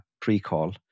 pre-call